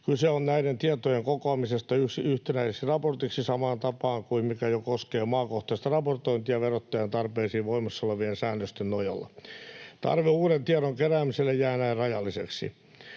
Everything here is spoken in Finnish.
Kyse on näiden tietojen kokoamisesta yhtenäiseksi raportiksi samaan tapaan, mikä jo koskee maakohtaista raportointia verottajan tarpeisiin voimassa olevien säännösten nojalla. Tarve uuden tiedon keräämiselle jää näin rajalliseksi.